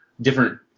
different